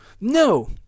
no